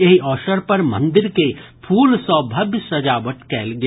एहि अवसर पर मंदिर के फूल सँ भव्य सजावट कयल गेल